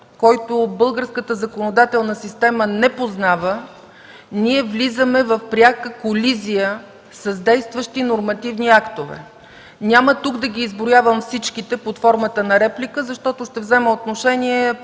който българската законодателна система не познава, влизаме в пряка колизия с действащи нормативни актове. Няма тук да ги изброявам всичките под формата на реплика, защото ще взема отношение